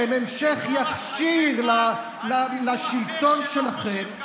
שהם המשך ישיר לשלטון שלכם,